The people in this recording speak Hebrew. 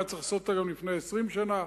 היה צריך לעשות אותה גם לפני 20 שנה,